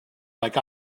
like